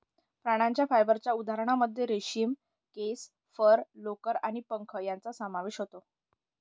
प्राण्यांच्या फायबरच्या उदाहरणांमध्ये रेशीम, केस, फर, लोकर आणि पंख यांचा समावेश होतो